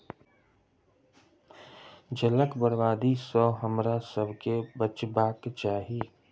जलक बर्बादी सॅ हमरासभ के बचबाक चाही